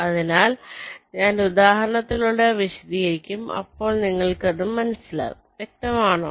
അതിനാൽ ഞാൻ ഉദാഹരണത്തിലൂടെ വിശദീകരിക്കും അപ്പോൾ നിങ്ങൾക്കത് മനസ്സിലാകും വ്യക്തമാണോ